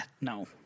No